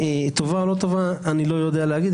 טובה או לא טובה, אני לא יודע להגיד.